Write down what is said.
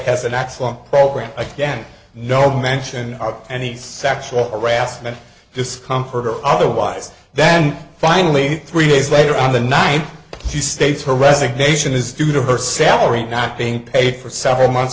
has an excellent program again no mention of any sexual harassment discomfort or otherwise then finally three days later on the night she states her resignation is due to her salary not being paid for seven months